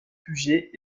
puget